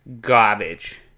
Garbage